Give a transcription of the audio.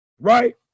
Right